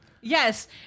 Yes